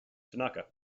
tanaka